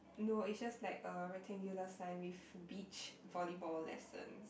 no its just like a rectangular sign with beach volley ball lessons